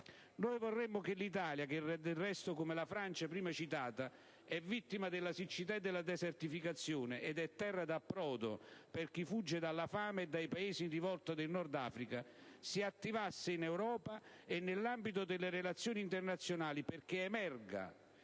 Noi vorremmo che l'Italia, che del resto, come la Francia prima citata, è vittima della siccità e della desertificazione, ed è terra d'approdo per chi fugge dalla fame e dai Paesi in rivolta del Nord Africa, si attivasse in Europa e nell'ambito delle relazioni internazionali perché emerga,